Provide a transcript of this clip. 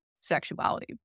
sexuality